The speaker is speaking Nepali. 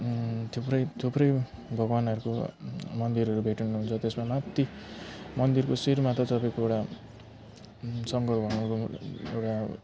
थुप्रै थुप्रै भगवान्हरूको मन्दिरहरू भेट्टाउनु हुन्छ त्यसमा माथि मन्दिरको शिरमा त तपाईँको एउटा शङ्कर भगवान्को एउटा